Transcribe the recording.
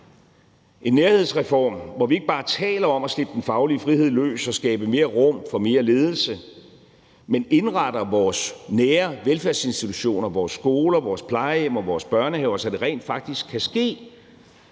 en nærhedsreform, hvor vi ikke bare taler om at slippe den faglige frihed løs og skabe mere rum for mere ledelse, men indretter vores nære velfærdsinstitutioner, vores skoler, vores plejehjem og vores børnehaver, så det rent faktisk kan ske,